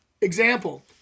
example